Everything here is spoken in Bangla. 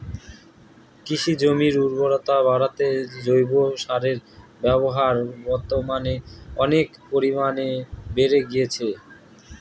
কৃষিজমির উর্বরতা বাড়াতে জৈব সারের ব্যবহার বর্তমানে অনেক পরিমানে বেড়ে গিয়েছে